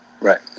Right